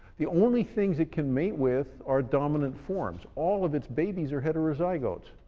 the only things it can mate with are dominant forms. all of its babies are heterozygotes.